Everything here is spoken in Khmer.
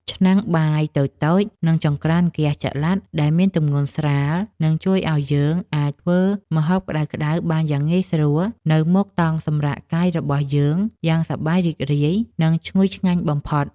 ឆ្នាំងបាយតូចៗ និង ចង្ក្រានហ្គាសចល័តដែលមានទម្ងន់ស្រាលនឹងជួយឱ្យយើងអាចធ្វើម្ហូបក្តៅៗបានយ៉ាងងាយស្រួលនៅមុខតង់សម្រាកកាយរបស់យើងយ៉ាងសប្បាយរីករាយ និង ឈ្ងុយឆ្ងាញ់បំផុត។